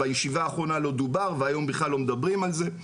בישיבה האחרונה לא דובר והיום בכלל לא מדברים על זה.